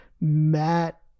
Matt